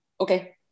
okay